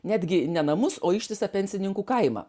netgi ne namus o ištisą pensininkų kaimą